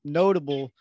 notable